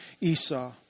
Esau